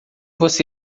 você